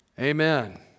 Amen